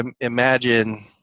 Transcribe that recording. imagine